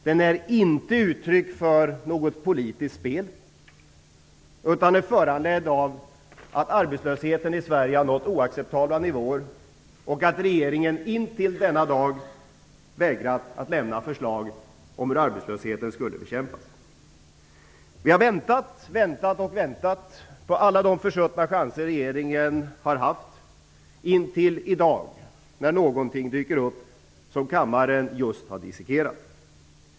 Den är inte uttryck för något politiskt spel utan är föranledd av att arbetslösheten i Sverige nått oacceptabla nivåer och att regeringen intill denna dag vägrat att lämna förslag om hur arbetslösheten skulle bekämpas. Vi har väntat, väntat och väntat under alla de försuttna chanser regeringen har haft intill i dag när någonting dyker upp, som kammaren just har dissekerat.